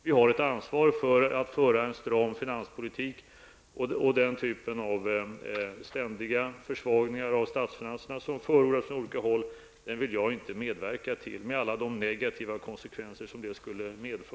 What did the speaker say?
Vi har ett ansvar för att föra en stram finanspolitik och den typen av ständiga försvagningar av statsfinanserna som förordas från olika håll vill jag inte medverka till, med alla de negativa konsekvenser som det skulle få.